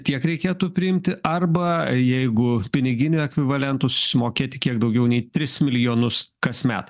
tiek reikėtų priimti arba jeigu piniginiu ekvivalentu susimokėti kiek daugiau nei tris milijonus kasmet